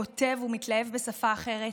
כותב ומתלהב בשפה אחרת.